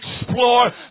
explore